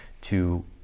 to-